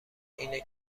اینه